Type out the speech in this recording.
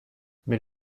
mais